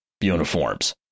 uniforms